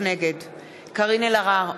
נגד קארין אלהרר,